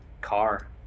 car